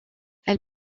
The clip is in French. elle